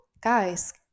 guys